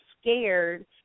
scared